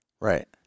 Right